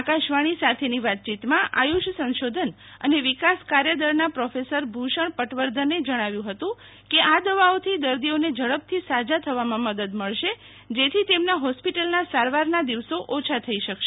આકાશવાણી સાથેની વાતચીતમાં આયુષ સંશોધન અને વિકાસ કાર્યદળના પ્રોફેસર ભૂષણ પટવર્ધને જણાવ્યું ફતુંકે આ દવાઓથી દર્દીઓને ઝડપથી સાજા થવામાં મદદ મળશે જેથી તેમના ફોસ્પીટલના સારવારના દિવસો ઓછા થઇ શકશે